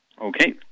Okay